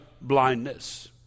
blindness